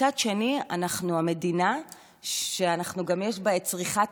מצד שני אנחנו המדינה שגם יש בה את צריכת